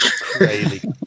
Crazy